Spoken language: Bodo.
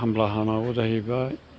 खामला हानांगौ जाहैबाय